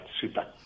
Super